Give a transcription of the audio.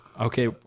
Okay